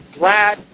glad